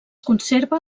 conserva